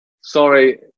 Sorry